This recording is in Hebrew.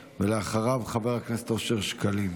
ואחריו, חבר הכנסת אושר שקלים.